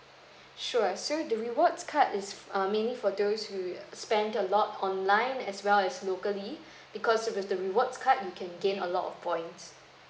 sure so the rewards card is um mainly for those who spend a lot online as well as locally because with the rewards card you can gain a lot of points